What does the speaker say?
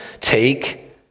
take